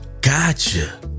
gotcha